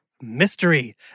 Mystery